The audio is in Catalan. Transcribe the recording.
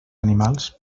animals